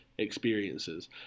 Experiences